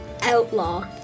Outlaw